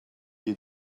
you